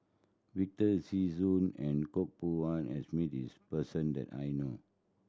Victor Sassoon and Koh Poh Koon has met this person that I know